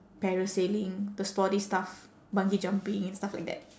parasailing the sporty stuff bungee jumping stuff like that